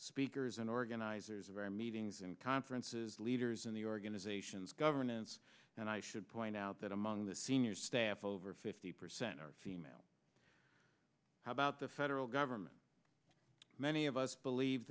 speakers and organizers of our meetings and conferences leaders in the organizations governance and i should point out that among the senior staff over fifty percent are female how about the federal government many of us believe